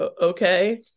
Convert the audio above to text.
okay